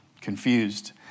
confused